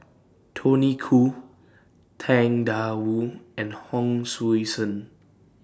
Tony Khoo Tang DA Wu and Hon Sui Sen